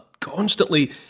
constantly